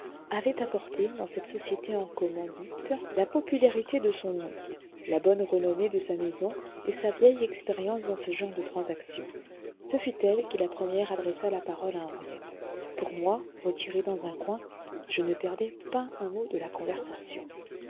avait apporté dans cette société en commandite la popularité de son nom la bonne renommée de sa maison et sa vieille expérience dans ce genre de transactions ce fut elle qui la première adressa la parole à henriette pour moi retiré dans un coin je ne perdais pas un mot de la conversation